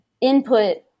input